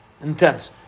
intense